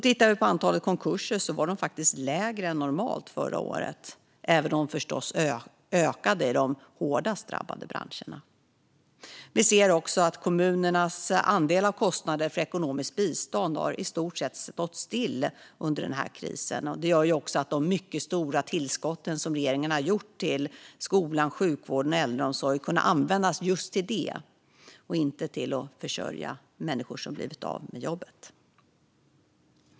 Tittar vi på antalet konkurser ser vi att det var lägre än normalt under förra året, även om det förstås ökade i de hårdast drabbade branscherna. Vi ser också att kommunernas andel av kostnader för ekonomiskt bistånd har stått i stort sett still under den här krisen. Det gör att de mycket stora tillskott som regeringen har gett till skolan, sjukvården och äldreomsorgen har kunnat användas till just det och inte till att försörja människor som har blivit av med jobbet. Fru talman!